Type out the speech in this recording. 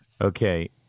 Okay